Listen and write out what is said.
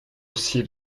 aussi